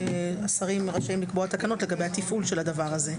שהשרים רשאים לקבוע תקנות לגבי התפעול של הדבר הזה,